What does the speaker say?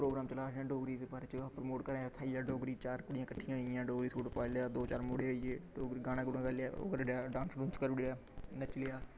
programme चला दा होऐ अहें डोगरी दे बारे च प्रमोट करा दे उत्थै जाइयै डोगरी चार कुड़ियां कट्ठियां होई गेइयां डोगरी सूट पोआई लेआ दो चार मुड़े कट्ठे होई गे डोगरी गाना गूना गाई लेआ होर डांस डूंस करू ओड़ेआ नच्ची लेआ